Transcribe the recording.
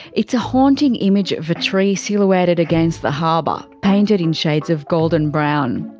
it's a haunting image of a tree silhouetted against the harbour, painted in shades of golden brown.